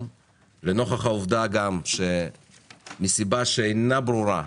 לנוכח העובדה גם שמסיבה שאינה ברורה,